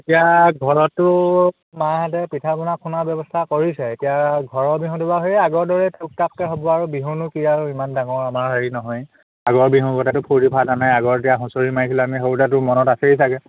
এতিয়া ঘৰতটো মাহেঁতে পিঠা পনা খুন্দা ব্যৱস্থা কৰিছে এতিয়া ঘৰৰ বিহুতো বাৰু সেই আগৰ দৰে তুকতাককৈ হ'ব আৰু বিহুনো কি আৰু ইমান ডাঙৰ আমাৰ হেৰি নহয় আগৰ বিহুৰ গতেটো ফূৰ্তি ফাৰ্তা নাই আগৰ এতিয়া হুঁচৰি মাৰিছিলে আমি সৰুতোটো মনত আছেই চাগে